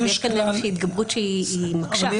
אז יש כאן התגברות שהיא מקשה.